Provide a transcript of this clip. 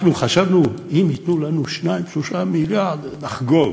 אנחנו חשבנו, אם ייתנו לנו 2 3 מיליארד, נחגוג.